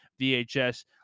VHS